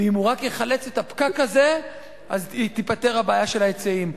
ואם הוא רק יחלץ את הפקק הזה אז תיפתר הבעיה של ההיצעים.